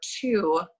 two